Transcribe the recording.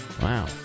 Wow